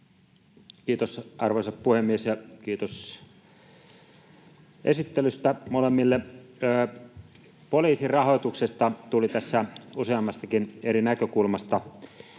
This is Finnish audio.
Kiitos, arvoisa puhemies! Kiitos esittelystä molemmille. — Poliisin rahoituksesta tuli tässä useammastakin eri näkökulmasta